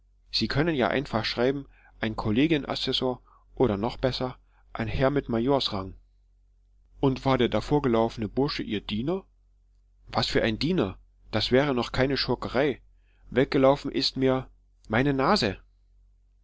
sie können ja einfach schreiben ein kollegien assessor oder noch besser ein herr mit majorsrang und war der davongelaufene bursche ihr diener was für ein diener das wäre noch keine schurkerei weggelaufen ist mir meine nase